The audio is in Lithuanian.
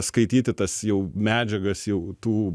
skaityti tas jau medžiagas jau tų